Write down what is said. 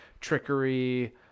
trickery